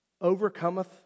overcometh